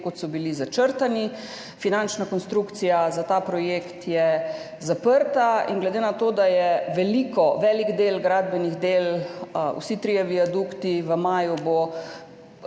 kot so bili začrtani. Finančna konstrukcija za ta projekt je zaprta in glede na to, da je [opravljen] velik del gradbenih del, vsi trije viadukti, v maju bo